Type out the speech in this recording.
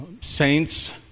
saints